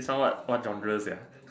this one what what genre sia